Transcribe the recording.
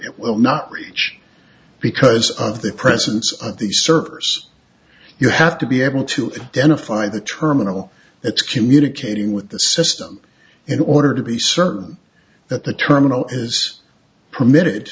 it will not reach because of the presence of the servers you have to be able to identify the terminal it's communicating with the system in order to be certain that the terminal is permitted